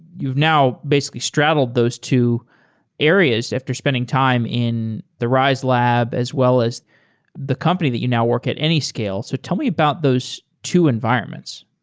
you've now basically straddled those two areas after spending time in the rise lab as well as the company that you now work at, anyscale. so tell me about those two environments.